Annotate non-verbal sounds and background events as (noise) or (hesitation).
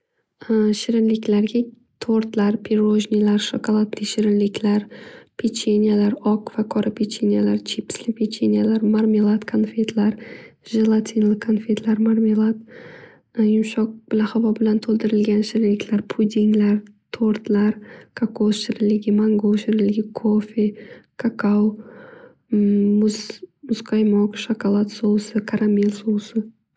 (hesitation) Shirinliklarga to'rtlar, pirojnilar, shokolodli shirinliklar, pecheniyalar, oq va qora pecheniyalar, chipsli pecheniyalar, marmelad, konfetlar, jelatinli konfetlar, marmelad, (hesitation) yumshoq bilan havo bilan to'dirilgan shirinliklar, pudinglar, to'rtlar, kokos shirinligi, mango shirinligi, kofee, kakao, (hesitation) muz- muzqaymoq, shokolad sousi, karamel sousi.